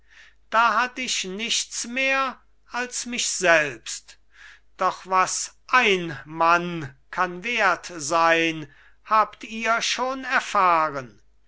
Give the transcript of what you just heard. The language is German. da hatt ich nichts mehr als mich selbst doch was ein mann kann wert sein habt ihr schon erfahren